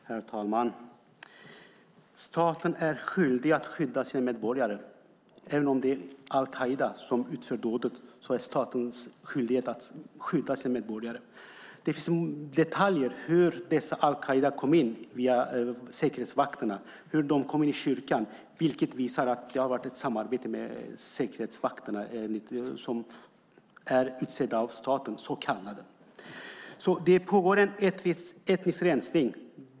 Herr talman! Staten är skyldig att skydda sina medborgare. Även om det är al-Qaida som utför dåden är det statens skyldighet att skydda sina medborgare. Det finns detaljer om hur dessa al-Qaida kom in i kyrkan via säkerhetsvakterna, vilket visar att det har varit ett samarbete med säkerhetsvakterna, så kallade, som är utsedda av staten. Det pågår en etnisk rensning.